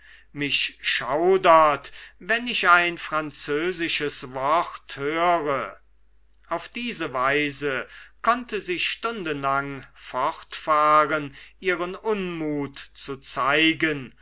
mich schaudert wenn ich ein französisches wort höre auf diese weise konnte sie stundenlang fortfahren ihren unmut zu zeigen